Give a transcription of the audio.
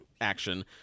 action